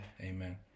amen